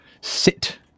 sit